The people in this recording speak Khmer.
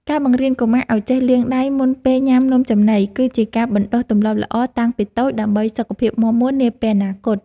ការបង្រៀនកុមារឱ្យចេះលាងដៃមុនពេលញ៉ាំនំចំណី គឺជាការបណ្តុះទម្លាប់ល្អតាំងពីតូចដើម្បីសុខភាពមាំមួននាពេលអនាគត។